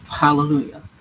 Hallelujah